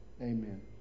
Amen